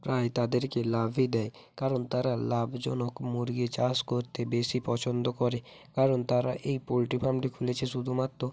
প্রায় তাদেরকে লাভই দেয় কারণ তারা লাভজনক মুরগি চাষ করতে বেশি পছন্দ করে কারণ তারা এই পোলট্রি ফার্মটি খুলেছে শুধুমাত্র